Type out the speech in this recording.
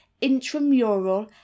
intramural